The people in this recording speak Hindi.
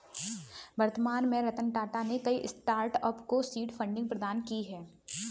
वर्तमान में रतन टाटा ने कई स्टार्टअप को सीड फंडिंग प्रदान की है